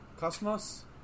Cosmos